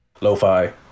lo-fi